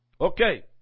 Okay